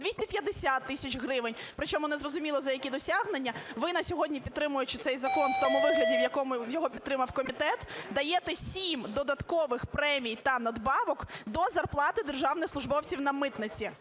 250 тисяч гривень, при чому незрозуміло, за які досягнення. Ви на сьогодні, підтримуючи цей закон в тому вигляді, в якому його підтримав комітет, даєте сім додаткових премій та надбавок до зарплати державних службовців на митниці.